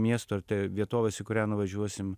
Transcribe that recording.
miesto vietovės į kurią nuvažiuosim